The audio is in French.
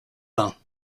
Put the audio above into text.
bains